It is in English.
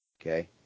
Okay